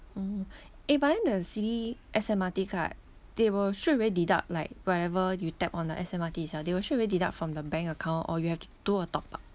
mm eh but then the citi S_M_R_T card they will straight away deduct like whenever you tap on a S_M_R_T itself they will straight away deduct from the bank account or you have to do a top up